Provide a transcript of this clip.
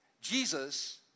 Jesus